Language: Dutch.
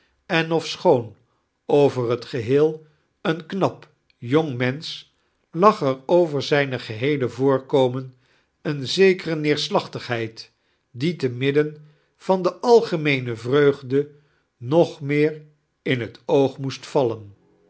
en ofschoon over het geheel een knap jong mensoh lag er over zijn geheele voorkomen eene zekere neerslachtigheid die te midden van de algemieene vreugde nog meer in het oog moest vallen